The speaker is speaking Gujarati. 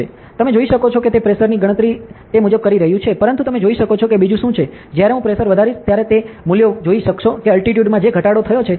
તમે જોઈ શકો છો કે તે પ્રેશરની ગણતરી તે મુજબ કરી રહ્યું છે પરંતુ તમે જોઈ શકો છો કે બીજું શું છે કે જ્યારે હું પ્રેશર વધારીશ ત્યારે તમે તે મૂલ્યો જોઈ શકશો કે અલ્ટિટ્યુડ માં જે ઘટાડો થયો છે